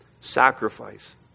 sacrifice